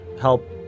help